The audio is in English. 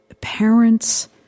Parents